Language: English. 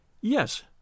Yes